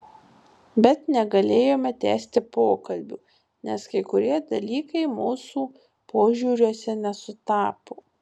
bet negalėjome tęsti pokalbių nes kai kurie dalykai mūsų požiūriuose nesutapo